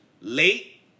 late